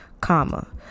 comma